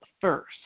first